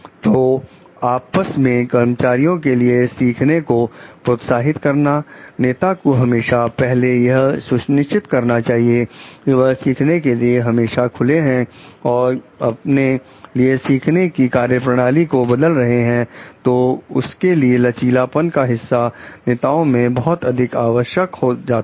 तो आपस में कर्मचारियों के लिए सीखने को प्रोत्साहित करना नेता को हमेशा पहले यह सुनिश्चित करना चाहिए कि वह सीखने के लिए हमेशा खुले हैं और अपने लिए सीखने की कार्यप्रणाली को बदल रहे हैं तो उसके लिए लचीलापन का हिस्सा नेताओं में बहुत अधिक आवश्यक हो जाता है